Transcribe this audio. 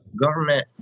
government